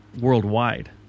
worldwide